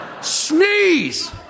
Sneeze